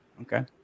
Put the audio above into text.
okay